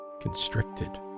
constricted